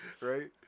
Right